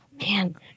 man